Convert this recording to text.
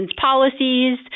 policies